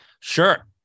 Sure